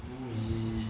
um